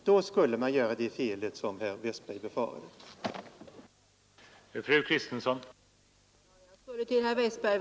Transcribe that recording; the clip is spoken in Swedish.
Då skulle man begå det fel som herr Westberg talade om.